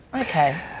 Okay